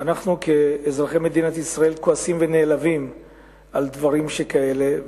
אנחנו כאזרחי מדינת ישראל כועסים ונעלבים על דברים שכאלה,